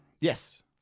Yes